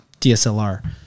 DSLR